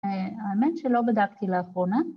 ‫האמת שלא בדקתי לאחרונה.